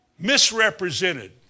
misrepresented